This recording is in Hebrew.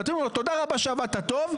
ואתם אומרים לו תודה רבה שעבדת טוב,